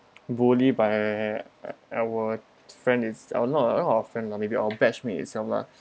bully by our friend it's not a not a friend lah maybe our batchmate itself lah